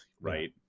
right